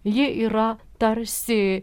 ji yra tarsi